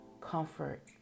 comfort